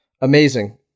Amazing